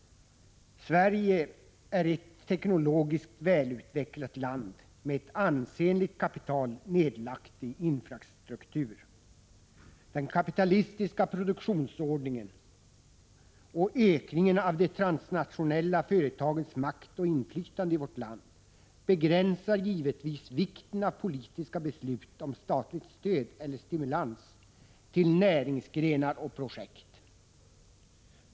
Sverige är ett teknologiskt välutvecklat land med ett ansenligt kapital nedlagt i infrastruktur. Den kapitalistiska produktionsordningen och ökning en av de transnationella företagens makt och inflytande i vårt land begränsar givetvis vikten av politiska beslut om statligt stöd eller stimulans till näringsgrenar och projekt.